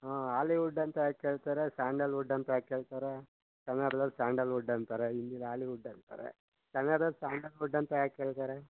ಹ್ಞೂ ಹಾಲಿವುಡ್ ಅಂತ ಯಾಕೆ ಹೇಳ್ತಾರೆ ಸ್ಯಾಂಡಲ್ವುಡ್ ಅಂತ ಯಾಕೆ ಹೇಳ್ತಾರೆ ಕನ್ನಡ್ದಲ್ಲಿ ಸ್ಯಾಂಡಲ್ವುಡ್ ಅಂತಾರೆ ಹಿಂದೀಲ್ಲಿ ಹಾಲಿವುಡ್ ಅಂತಾರೆ ಕನ್ನಡ್ದಲ್ಲಿ ಸ್ಯಾಂಡಲ್ವುಡ್ ಅಂತ ಯಾಕೆ ಹೇಳ್ತಾರೆ